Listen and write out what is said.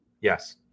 Yes